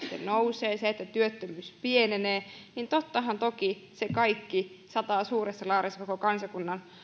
nousee niin että työttömyys pienenee niin tottahan toki se kaikki sataa suuressa laarissa koko kansakunnan